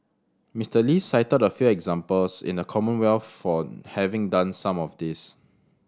Mister Lee cited a few examples in the Commonwealth for having done some of this